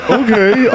okay